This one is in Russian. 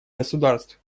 государств